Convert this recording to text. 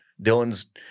dylan's